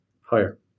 Higher